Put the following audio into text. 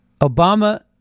Obama